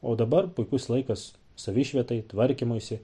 o dabar puikus laikas savišvietai tvarkymuisi